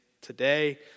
Today